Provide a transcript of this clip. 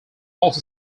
also